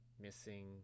missing